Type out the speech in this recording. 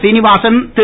Srinivasan Thiru